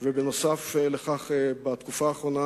נוסף על כך אישרנו בתקופה האחרונה